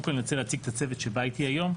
קודם כל אני רוצה להציג את הצוות שבא איתי היום: